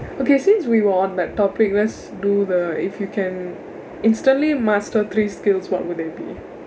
okay since we were on that topic let's do the if you can instantly master three skills what would they be